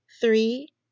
Three